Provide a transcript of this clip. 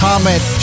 Comment